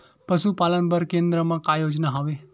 पशुपालन बर केन्द्र म का योजना हवे?